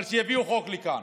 אבל שיביאו חוק לכאן,